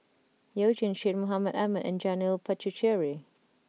you Jin Syed Mohamed Ahmed and Janil Puthucheary